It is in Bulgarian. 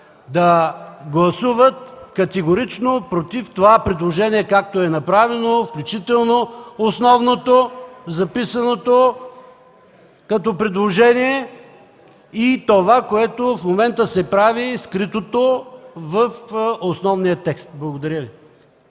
да гласувате категорично против това предложение, както е направено, включително основното, записаното като предложение, и това, което в момента се прави – скритото в основния текст. Благодаря Ви.